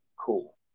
Cool